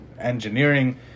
engineering